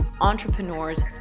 entrepreneurs